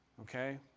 Okay